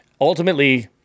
Ultimately